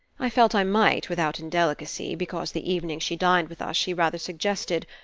i felt i might, without indelicacy, because the evening she dined with us she rather suggested.